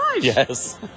Yes